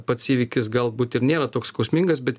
pats įvykis galbūt ir nėra toks skausmingas bet